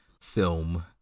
film